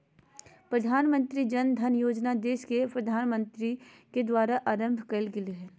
प्रधानमंत्री जन धन योजना देश के प्रधानमंत्री के द्वारा आरंभ कइल गेलय हल